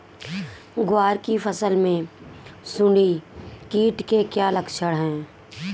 ग्वार की फसल में सुंडी कीट के क्या लक्षण है?